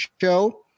show